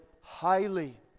highly